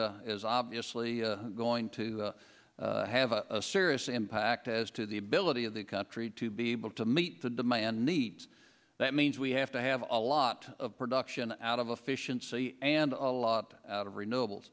is obviously going to have a serious impact as to the ability of the country to be able to meet the demand needs that means we have to have a lot of production out of a fission sea and a lot of renewable